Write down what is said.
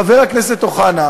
חבר הכנסת אוחנה,